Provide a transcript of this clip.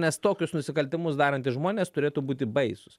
nes tokius nusikaltimus darantys žmonės turėtų būti baisūs